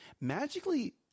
magically